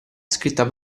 scritta